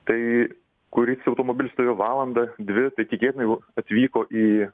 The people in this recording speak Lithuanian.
tai kuris automobilis stovėjo valandą dvi tai netikėtina jau atvyko į